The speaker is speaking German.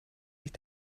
sich